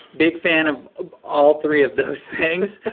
big fan of all three of those things.